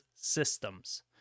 systems